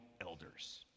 elders